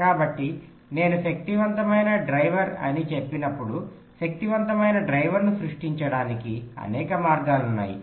కాబట్టి నేను శక్తివంతమైన డ్రైవర్ అని చెప్పినప్పుడు శక్తివంతమైన డ్రైవర్ను సృష్టించడానికి అనేక మార్గాలు ఉన్నాయి